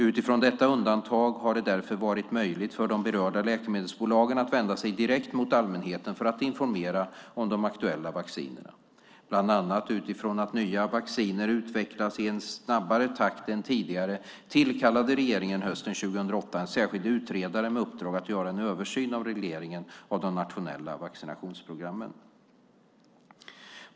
Utifrån detta undantag har det därför varit möjligt för de berörda läkemedelsbolagen att vända sig direkt mot allmänheten för att informera om de aktuella vaccinerna. Bland annat utifrån att nya vacciner utvecklas i en snabbare takt än tidigare tillkallade regeringen hösten 2008 en särskild utredare med uppdrag att göra en översyn av regleringen av de nationella vaccinationsprogrammen.